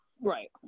Right